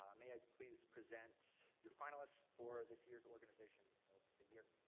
um may i please present your finalists for this year's organization of the year.